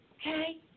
okay